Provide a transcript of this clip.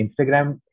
Instagram